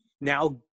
now